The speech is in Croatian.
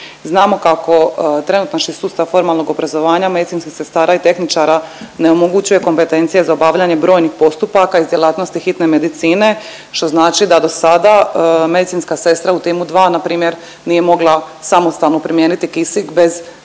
Znamo kako trenutačni sustav formalnog obrazovanja medicinskih sestara i tehničara ne omogućuje kompetencije za obavljanje brojnih postupaka iz djelatnosti hitne medicine što znači da dosada medicinska sestra u timu 2 npr. nije mogla samostalno primijeniti kisik bez prisutnog